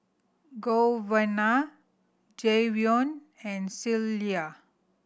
Giovanna Jayvion and Clella